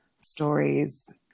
stories